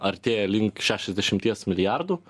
artėja link šešiasdešimties milijardų